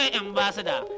ambassador